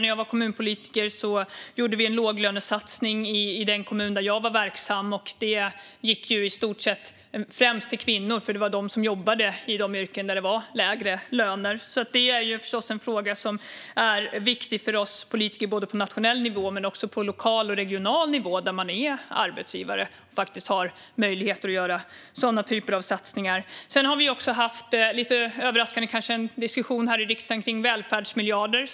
När jag var kommunpolitiker gjorde vi en låglönesatsning i den kommun där jag var verksam. Den gick främst till kvinnor, för det var de som jobbade i de yrken där det var lägre löner. Detta är en fråga som är viktig för oss politiker på nationell nivå men också på lokal och regional nivå, där man är arbetsgivare och faktiskt har möjlighet att göra sådana typer av satsningar. Sedan har vi, kanske lite överraskande, haft en diskussion här i riksdagen om välfärdsmiljarderna.